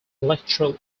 electoral